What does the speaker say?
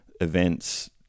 events